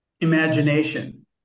imagination